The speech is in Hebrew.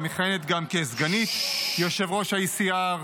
המכהנת גם כסגנית יושב-ראש ה-ECR,